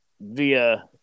via